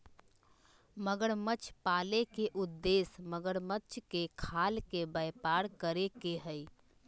मगरमच्छ पाले के उद्देश्य मगरमच्छ के खाल के व्यापार करे के हई